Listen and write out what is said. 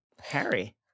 Harry